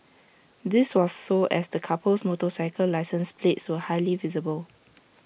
this was so as the couple's motorcycle license plates were highly visible